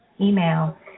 email